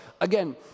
Again